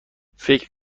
فکر